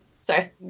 sorry